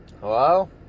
hello